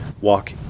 walk